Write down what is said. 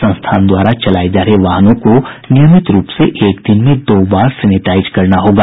संस्थान द्वारा चलाये जा रहे वाहनों को नियमित रूप से एक दिन में दो बार सेनेटाइज करना होगा